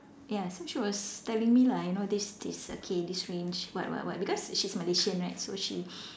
ya so she was telling me lah you know this this okay this range what what what because she's Malaysian right so she